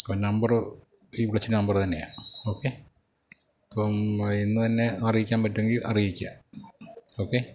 number ഈ വിളിച്ച number തന്നെയാണ് ഓക്കെ അപ്പോള് ഇന്നുതന്നെ അറിയിക്കാൻ പറ്റുമെങ്കില് അറിയിക്കുക ഓക്കെ